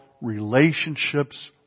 relationships